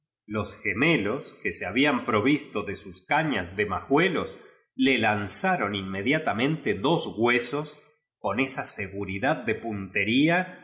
los gemelos que se habían provisto de sus cuñas de majuelos le lanzaron inmedia tamente dos huesos con esa seguridad de puntería